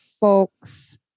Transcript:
folks